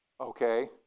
Okay